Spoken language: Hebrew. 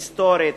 ההיסטורית,